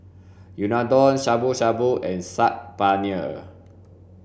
Unadon Shabu shabu and Saag Paneer